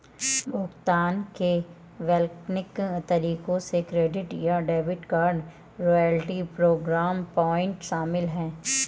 भुगतान के वैकल्पिक तरीकों में क्रेडिट या debit card, loyalty programme point शामिल है